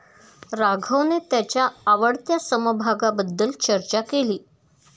राघवने त्याच्या आवडत्या समभागाबद्दल चर्चा केली